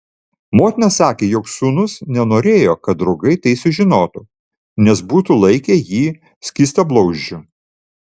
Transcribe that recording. motina sakė jog sūnus nenorėjo kad draugai tai sužinotų nes būtų laikę jį skystablauzdžiu